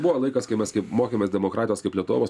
buvo laikas kai mes kai mokėmės demokratijos kaip lietuvos